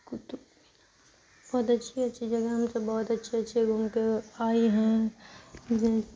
قطب بہت اچھی اچھی جگہ ہم سب بہت اچھے اچھے گھوم کے آئے ہیں جیسے